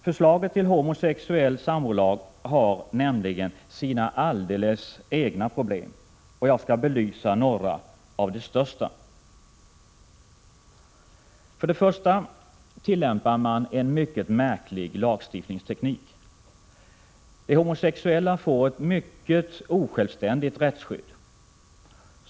Förslaget till homosexuell sambolag har nämligen sina alldeles egna problem, och jag skall belysa några av de största. För det första tillämpas en mycket märklig lagstiftningsteknik. De homosexuella får ett mycket osjälvständigt rättsskydd.